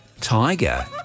tiger